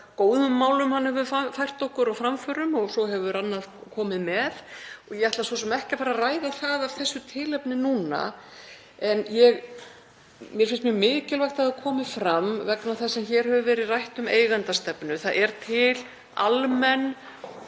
framförum hann hefur fært okkur og svo hefur annað komið með. Ég ætla svo sem ekki að fara að ræða það af þessu tilefni núna en mér finnst mjög mikilvægt að það komi fram, vegna þess að hér hefur verið rætt um eigendastefnu, að það er til nokkuð